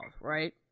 right